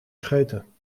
scheuten